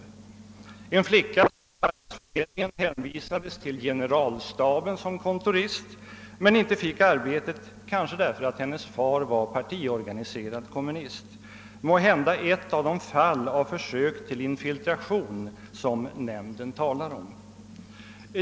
Här finns en flicka, som av arbetsförmedlingen hänvisades till generalstaben som kontorist men inte fick arbetet, kanske därför att hennes far var partiorganiserad kommunist. Måhända var det ett av de »försök till infiltration» som nämnden talar om?